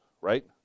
right